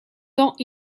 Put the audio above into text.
tant